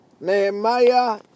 Nehemiah